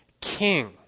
king